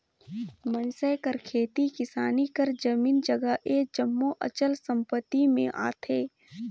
मइनसे कर खेती किसानी कर जमीन जगहा ए जम्मो अचल संपत्ति में आथे